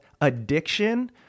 addiction